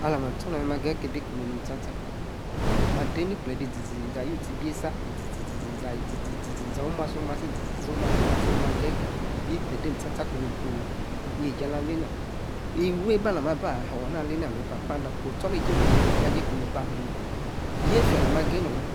Alah ma astor na meri ma geyi kebi kumu nui sta-sta. ma de ni-kplede izi-zi-zaa wutie. ibiasa izi-zi-zaa omu-musi izi-zi-zaa. ma geyi ke-kplede mem sta-sta. kum doo. ne-esie ala. lena. iru-eba alah. ma ba-ahona. alena papa adah. ostoonetie kunu. wi-ija-jie. kunu bahim. nom. yefia na ma. norim.